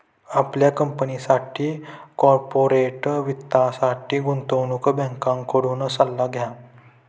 आपल्या कंपनीसाठी कॉर्पोरेट वित्तासाठी गुंतवणूक बँकेकडून सल्ला घ्या